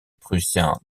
prussien